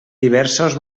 diversos